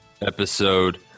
episode